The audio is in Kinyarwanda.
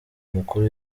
umukuru